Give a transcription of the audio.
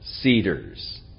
cedars